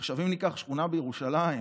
אם ניקח שכונה בירושלים,